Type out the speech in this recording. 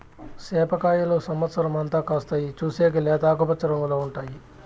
సేప కాయలు సమత్సరం అంతా కాస్తాయి, చూసేకి లేత ఆకుపచ్చ రంగులో ఉంటాయి